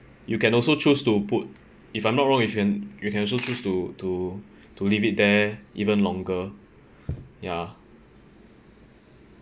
you can also choose to put if I'm not wrong you can you can also choose to to to leave it there even longer ya